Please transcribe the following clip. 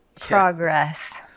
Progress